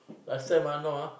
last time ah no ah